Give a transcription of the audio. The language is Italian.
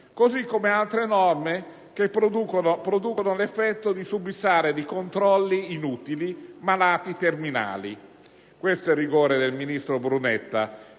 prevedeva. Altre norme producono invece l'effetto di subissare di controlli inutili malati terminali. Questo è il rigore del ministro Brunetta,